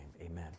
amen